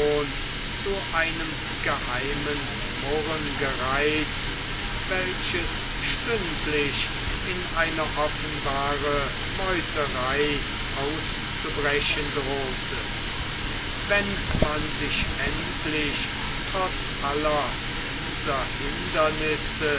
zu einem geheimen murren gereizt welches stündlich in eine offenbare meuterei auszubrechen drohte wenn man sich endlich trotz aller dieser hindernisse